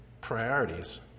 priorities